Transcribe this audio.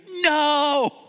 no